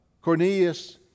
Cornelius